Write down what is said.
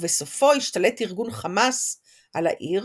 ובסופו השתלט ארגון חמאס על העיר